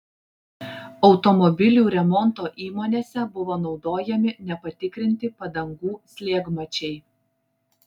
automobilių remonto įmonėse buvo naudojami nepatikrinti padangų slėgmačiai